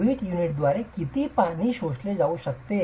वीट युनिटद्वारे किती पाणी शोषले जाऊ शकते